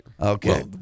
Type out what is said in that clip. okay